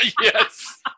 Yes